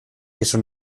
eso